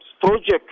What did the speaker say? project